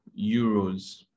Euros